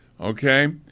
okay